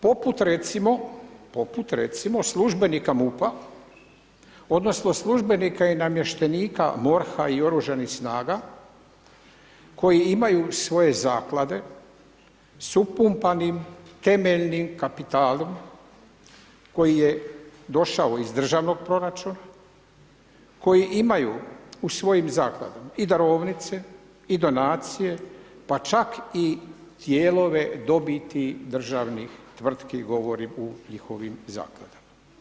Poput recimo, poput recimo službenika MUP-a odnosno službenika i namještenika MORH-a i Oružanih snaga koji imaju svoje zaklade s upumpanim temeljnim kapitalom koji je došao iz državnog proračuna, koji imaju u svojim zakladama i darovnice i donacije, pa čak i dijelove dobiti državnih tvrtki govorim u njihovim zakladama.